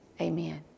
amen